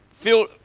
feel